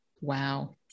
wow